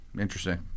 Interesting